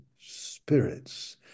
Spirits